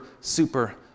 super